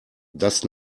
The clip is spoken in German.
das